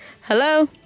Hello